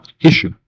issue